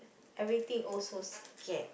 everything also scared